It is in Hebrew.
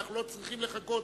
אנחנו לא צריכים לחכות.